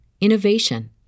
innovation